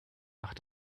ach